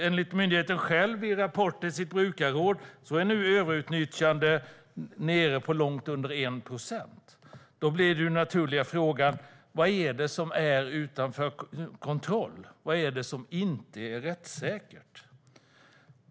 Enligt myndighetens egen rapport till sitt brukarråd är överutnyttjande nu nere på långt under 1 procent. Då blir den naturliga frågan: Vad är det som är utom kontroll? Vad är det som inte är rättssäkert?